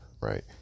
right